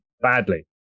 badly